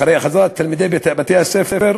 אחרי חזרת תלמידי בתי-הספר,